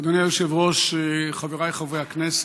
אדוני היושב-ראש, חבריי חברי הכנסת,